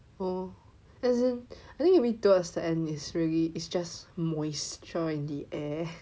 oh as in I think towards the end is really it's just moisture in the air